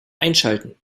einschalten